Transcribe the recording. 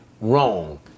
wrong